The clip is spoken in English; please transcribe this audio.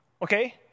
Okay